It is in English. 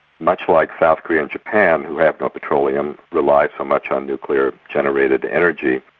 much like south korea and japan, who have no petroleum, rely so much on nuclear generated energy.